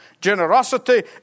Generosity